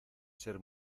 ser